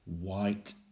White